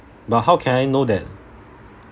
but how can I know that